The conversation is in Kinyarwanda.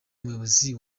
umuyobozi